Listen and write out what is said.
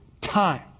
time